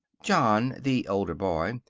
john, the older boy,